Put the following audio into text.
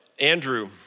Andrew